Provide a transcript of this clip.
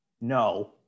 No